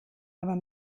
aber